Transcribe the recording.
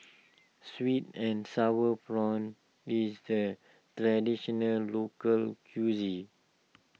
Sweet and Sour Prawns is the Traditional Local Cuisine